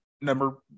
number